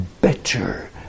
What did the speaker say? better